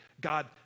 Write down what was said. God